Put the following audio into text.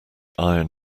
iron